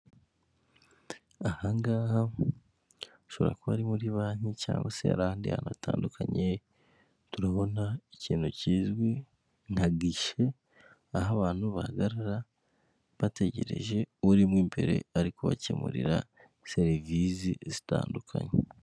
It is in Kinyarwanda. Aha ngaha hashobora kuba ari muri banki, cyangwa se ari ahandi hantu hatandukanye, turabona ikintu kizwi nka gishi, aho abantu bahagarara bategereje umuntu urimo imbere ari kubakemurira serivise zitandukanye.